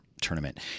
tournament